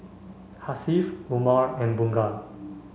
Hasif Umar and Bunga